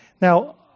Now